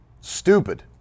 stupid